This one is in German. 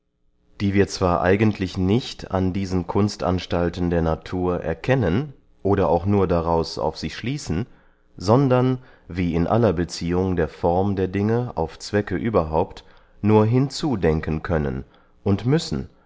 die wir zwar eigentlich nicht an diesen kunstanstalten der natur erkennen oder auch nur daraus auf sie schließen sondern wie in aller beziehung der form der dinge auf zwecke überhaupt nur hinzudenken können und müssen